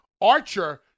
Archer